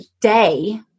day